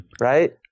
Right